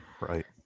Right